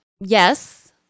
yes